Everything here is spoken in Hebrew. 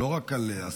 לא רק על עסקים.